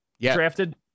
drafted